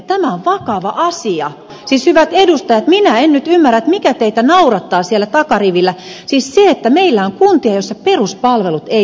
tämä on vakava asia siis hyvät edustajat minä en nyt ymmärrä mikä teitä naurattaa siellä takarivillä siis se että meillä on kuntia joissa peruspalvelut eivät toimi